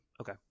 okay